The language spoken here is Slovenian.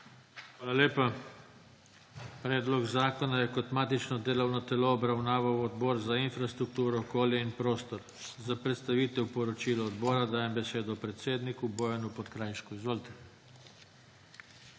Hvala lepa. Predlog zakona je kot matično delovno telo obravnaval Odbor za infrastrukturo, okolje in prostor. Za predstavitev poročila dajem besedo predsedniku Bojanu Podkrajšku. Izvolite.